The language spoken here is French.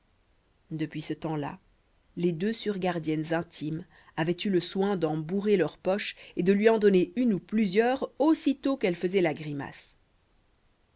depuis ce temps-là les deux surgardiennes intimes avaient eu le soin d'en bourrer leurs poches et de lui en donner une ou plusieurs aussitôt qu'elle faisait la grimace